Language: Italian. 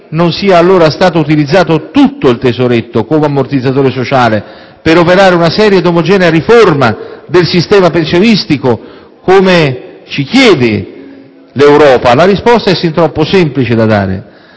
non sia stato utilizzato tutto il tesoretto come ammortizzatore sociale per operare una seria ed omogenea riforma del sistema pensionistico, come ci chiede l'Europa. La risposta è sin troppo semplice da dare: